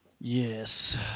Yes